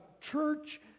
church